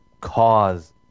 cause